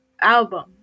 album